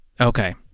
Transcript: Okay